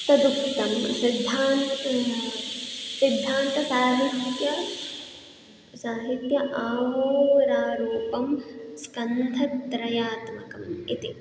तदुक्तं सिद्धान्तः सिद्धान्तसाहित्यं साहित्यं आहोरारूपं स्कन्धत्रयात्मकम् इति